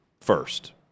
first